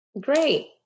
Great